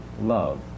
love